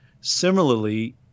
similarly